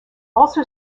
also